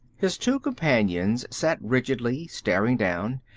his two companions sat rigidly, staring down.